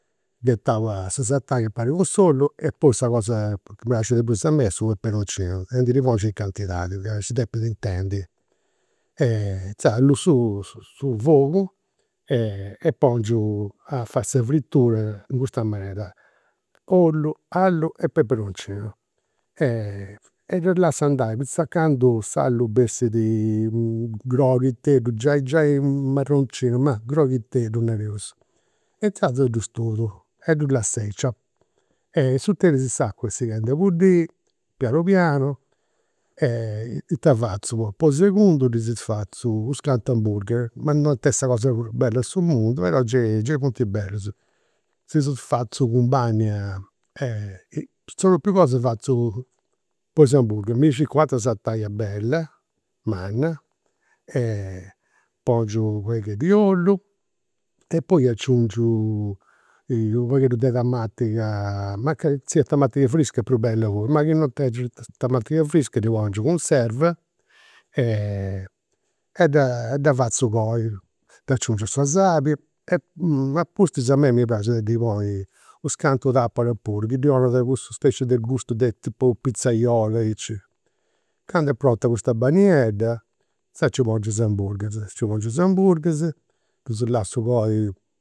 Ghetau a sa sataina impari cun s'ollu. E poi sa cosa chi praxit de prus a mei est su peperoncinu, e ndi ddi pongiu in cantidadi, si depit intendi. Inzaras alluu su su fogu e pongiu a fai sa fritura in custa manera. Ollu, allu e peperoncinu. E ddu lassu andai finzas a candu s'allu bessit groghiteddu, giai giai marroncinu, ma groghiteddu nareus. E inzaras ddu studu e ddu lassu aici. In s'interis s'acua est sighendi a buddiri, pianu pianu. Ita fatzu, po segundu ddis fatzu u hamburger, ma non ant'essi sa cosa prus bella de su mundu però gei gei funt bellus. Si ddus fatzu cun, sa propriu cosa fatzu po is hamburgher. Mi circu un'atera sataina bella, manna e pongiu u' pagheddu di ollu e poi aciungiu u' pagheddu de tamatiga, mancai siat tamatiga frisca prus bella puru, ma chi non tengiu tamatiga frisca ddi pongiu cunserva e e dda fatzu coi. Dd'aciungiu sa sali e apustis a mei mi praxit a ddi ponniri u scantu tapara puru, chi ddi 'onat cussa specie de gustu tipu pizzaiola, aici. Candu est pronta custa bagniedda inzaras nci pongiu is hamburgher. Nci pongiu is hamburghers, ddus lassu coi